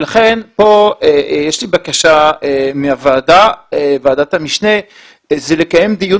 לכן כאן יש לי בקשה מוועדת המשנה והיא לקיים דיון